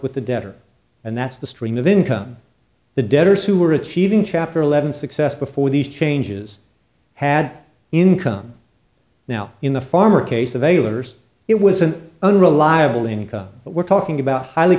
with the debtor and that's the stream of income the debtors who are achieving chapter eleven success before these changes had income now in the farmer case of a litters it was an unreliable income but we're talking about a highly